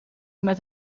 met